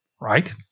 Right